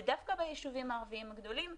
ודווקא ביישובים הערביים הגדולים,